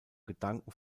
gedanken